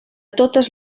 totes